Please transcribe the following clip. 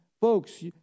Folks